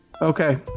Okay